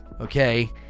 okay